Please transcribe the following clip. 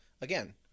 again